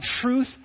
truth